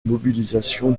mobilisation